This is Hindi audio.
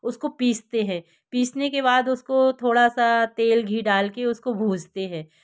उसको पीसते हैं पीसने के बाद उसको थोड़ा सा तेल घी डाल के उसको भूंजते हैं